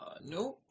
no